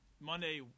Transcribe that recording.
Monday